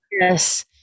Yes